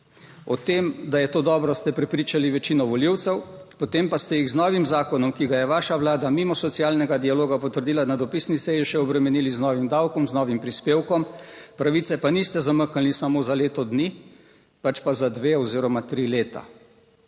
O tem, da je to dobro, ste prepričali večino volivcev. Potem pa ste jih z novim zakonom, ki ga je vaša Vlada mimo socialnega dialoga potrdila na dopisni seji še obremenili z novim davkom, z novim prispevkom, pravice pa niste zamaknili samo za leto dni pač pa za dve oziroma tri leta.